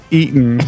eaten